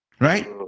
right